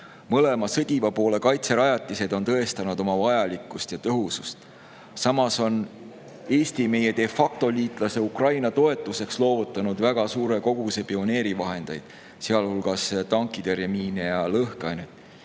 Mõlema sõdiva poole kaitserajatised on tõestanud oma vajalikkust ja tõhusust. Eesti on meiede factoliitlase Ukraina toetuseks loovutanud väga suure koguse pioneerivahendeid, sealhulgas tankitõrjemiine ja lõhkeainet.